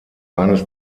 eines